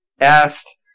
asked